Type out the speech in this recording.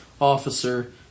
officer